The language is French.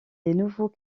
nouveaux